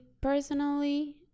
personally